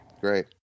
Great